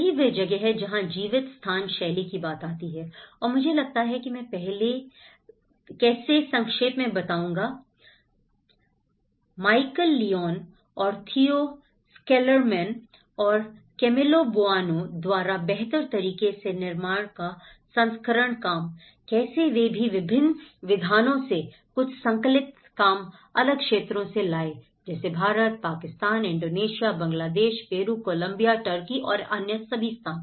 यही वह जगह है जहाँ जीवित स्थान शैली की बात आती है और मुझे लगता है कि मैं पहले में कैसे संक्षेप में बताऊंगा माइकल लियोन और थियो स्कर्लमैन और कैमिलो बोआना द्वारा बेहतर तरीके से निर्माण का संस्करण काम कैसे वे भी विभिन्न विद्वानों के कुछ संकलित काम अलग क्षेत्रों से लाए जैसे Bharat Pakistan Indonesia Bangladesh Peru Colombia Turkey और अन्य सभी स्थान